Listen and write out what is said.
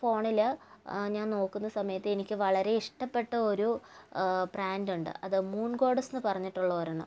ഫോണില് ഞാൻ നോക്കുന്ന സമയത്ത് എനിക്ക് വളരെ ഇഷ്ടപ്പെട്ടൊരു ബ്രാൻഡുണ്ട് അത് മൂൺ ഗോഡ്ഡെസ്സെന്ന പറഞ്ഞിട്ടുള്ളൊരെണ്ണം